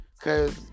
Cause